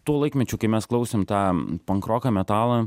tuo laikmečiu kai mes klausėm tą pankroką metalą